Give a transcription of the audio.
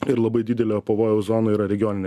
ir labai didelio pavojaus zonoj yra regioninė